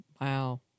Wow